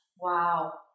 Wow